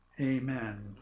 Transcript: amen